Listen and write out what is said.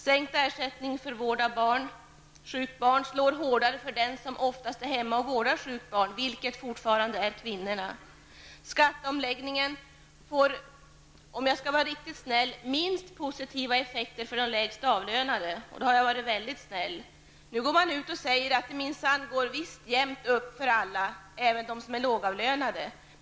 Sänkt ersättning för vård av sjukt barn slår hårdare för dem som oftast är hemma och vårdar sjukt barn, vilket fortfarande är kvinnorna. Skatteomläggningen får -- för att uttrycka mig riktigt snällt -- minst positiva effekter för de lägst avlönade; då har jag alltså uttryckt mig väldigt snällt. Nu går man ut och säger att det minsann visst går jämnt upp för alla, även för dem som är lågavlönade.